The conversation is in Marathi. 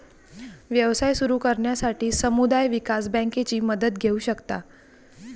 व्यवसाय सुरू करण्यासाठी समुदाय विकास बँकेची मदत घेऊ शकता